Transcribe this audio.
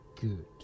good